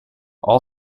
all